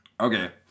okay